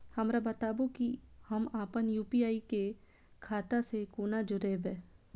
हमरा बताबु की हम आपन यू.पी.आई के खाता से कोना जोरबै?